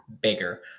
bigger